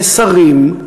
לשרים,